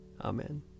Amen